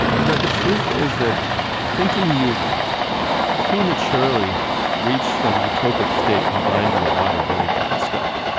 but the truth is that thinking you've prematurely reached some utopic state can blind you a lot of really bad stuff.